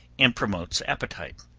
and promotes appetite.